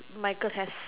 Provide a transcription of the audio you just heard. Michael has